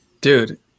Dude